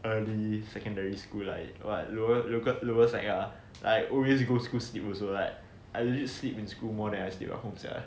early secondary school like what lower local sec like ah I always go school sleep also like I legit sleep in school more than I still at home sia